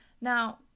Now